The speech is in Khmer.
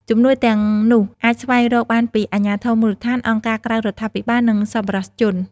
ជំនួយទាំងនោះអាចស្វែងរកបានពី អាជ្ញាធរមូលដ្ឋាន អង្គការក្រៅរដ្ឋាភិបាលនិងសប្បុរសជន។